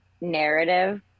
narrative